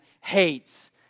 hates